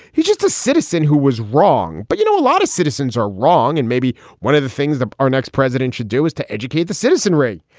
he's just a citizen who was wrong. but, you know, a lot of citizens are wrong. and maybe one of the things that our next president should do is to educate the citizenry.